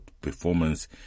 performance